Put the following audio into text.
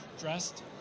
dressed